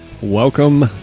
welcome